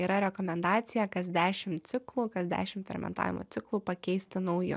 yra rekomendacija kas dešim ciklų kas dešim fermentavimo ciklų pakeisti nauju